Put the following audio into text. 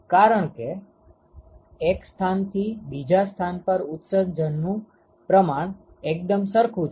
કારણકે એક સ્થાનથી બીજા સ્થાન પર ઉત્સર્જનનુ પ્રમાણ એકદમ સરખું છે